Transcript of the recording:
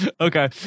Okay